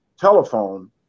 telephone